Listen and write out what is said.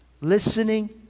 Listening